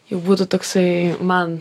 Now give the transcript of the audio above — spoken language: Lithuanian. jau būtų toksai man